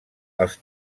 els